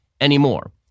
anymore